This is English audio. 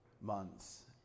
months